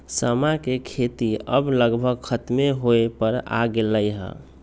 समा के खेती अब लगभग खतमे होय पर आ गेलइ ह